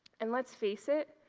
and, let's face it,